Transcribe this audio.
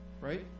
right